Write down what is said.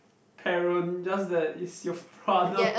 parent just that is your brother